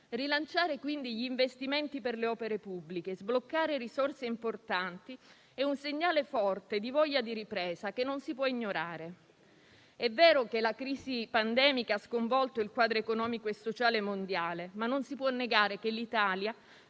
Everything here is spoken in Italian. Rilanciare quindi gli investimenti per le opere pubbliche e sbloccare risorse importanti è un segnale forte di voglia di ripresa, che non si può ignorare. È vero che la crisi pandemica ha sconvolto il quadro economico e sociale mondiale, ma non si può negare che l'Italia